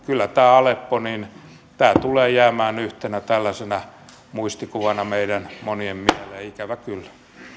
kyllä tämä aleppo tulee jäämään yhtenä tällaisena muistikuvana meidän monien mieleen ikävä kyllä